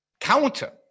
counter